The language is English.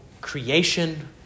creation